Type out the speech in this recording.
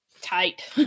tight